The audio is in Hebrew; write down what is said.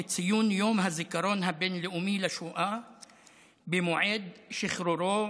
לציון יום הזיכרון הבין-לאומי לשואה במועד שחרורו